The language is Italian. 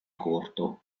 corto